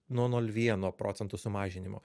nuo nol vieno procento sumažinimo